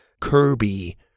Kirby